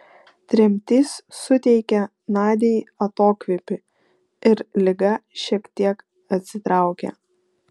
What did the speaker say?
tremtis suteikė nadiai atokvėpį ir liga šiek tiek atsitraukė